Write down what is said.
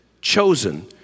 chosen